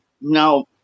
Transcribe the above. Now